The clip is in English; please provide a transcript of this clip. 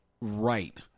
right